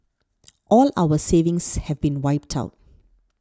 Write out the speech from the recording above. all our savings have been wiped out